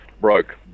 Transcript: broke